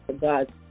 God